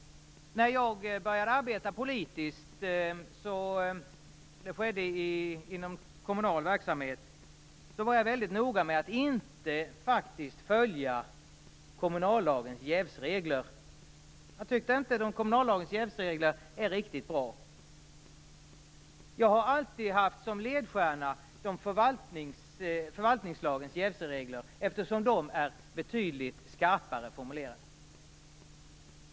När jag började arbeta politiskt - det skedde inom kommunal verksamhet - var jag väldigt noga, faktiskt, med att inte följa kommunallagens jävsregler. Jag tyckte inte att de var riktigt bra. Jag har alltid haft förvaltningslagens jävsregler som ledstjärna, eftersom dessa är betydligt skarpare formulerade.